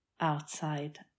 outside